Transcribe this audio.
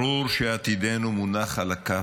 ברור שעתידנו מונח על הכף,